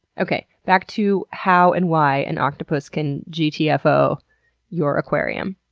okay, back to how and why an octopus can gtfo your aquarium,